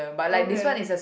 okay